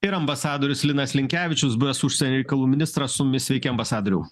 ir ambasadorius linas linkevičius buvęs užsienio reikalų ministras su mumis sveiki ambasadoriau